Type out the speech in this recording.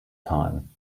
time